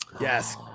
yes